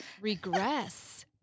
regress